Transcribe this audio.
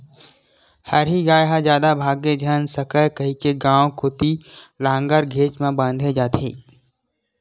हरही गाय ह जादा भागे झन सकय कहिके गाँव कोती लांहगर घेंच म बांधे जाथे